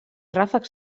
ràfecs